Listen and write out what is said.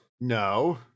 No